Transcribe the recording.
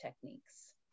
techniques